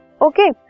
Okay